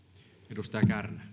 arvoisa